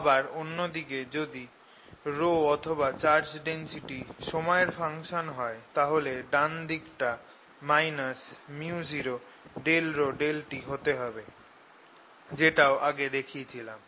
আবার অন্য দিকে যদি ρ অথবা চার্জ ডেনসিটি সময়ের ফাঙ্কশন হয় তাহলে ডান দিকটাকে µ0∂ρ∂t হতে হবে যেটা আগেও দেখেছিলাম